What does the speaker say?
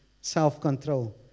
self-control